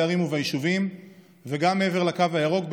הערים וביישובים וגם מעבר לקו הירוק,